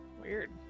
weird